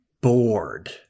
bored